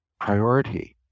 priority